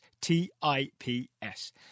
T-I-P-S